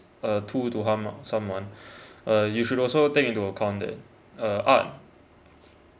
uh tool to harm someone uh you should also take into account that uh art